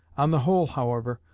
on the whole, however,